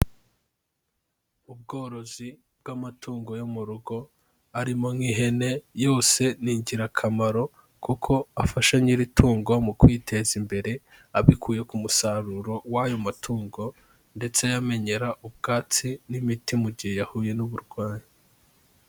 Ubworozi bw'amatungo yo mu rugo arimo nk'ihene, yose ni ingirakamaro kuko afasha nyiri itungo mu kwiteza imbere, abikuye ku musaruro w'ayo matungo ndetse ayamenyera ubwatsi n'imiti mu gihe yahuye n'uburwayi.